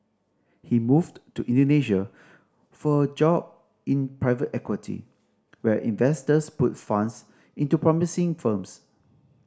he moved to Indonesia for a job in private equity where investors put funds into promising firms